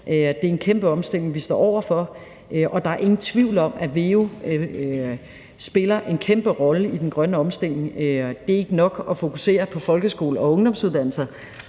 Det er en kæmpe omstilling, vi står over for, og der er ingen tvivl om, at veu spiller en kæmpe rolle i den grønne omstilling. Det er ikke nok at fokusere på folkeskole- og ungdomsuddannelser,